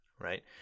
right